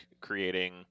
creating